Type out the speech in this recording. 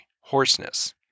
hoarseness